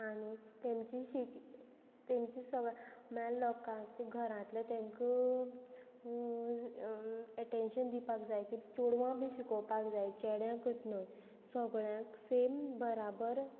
आनी तेमची तेमची सगळ्या लोकांचे घरांतले तांकां एटेन्शन दिवपाक जाय की चोडवां बी शिकोवपाक जाय चेड्याक न्हय सगळ्यांक सेम बराबर